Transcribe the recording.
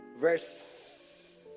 Verse